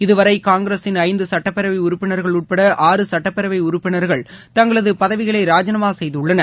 இதுவரை காங்கிரஸின் ஐந்து சட்டப்பேரவை உறுப்பினர்கள் உட்படஆறு சட்டப்பேரவை உறுப்பினர்கள் தங்களது பதவிகளை ராஜிநாமா செய்துள்ளனர்